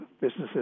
businesses